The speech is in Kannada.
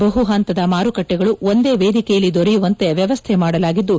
ಬಹು ಹಂತದ ಮಾರುಕಟ್ಟೆಗಳು ಒಂದೇ ವೇದಿಕೆಯಲ್ಲಿ ದೊರೆಯುವಂತೆ ವ್ಯವಸ್ಥೆ ಮಾಡಲಾಗಿದ್ದು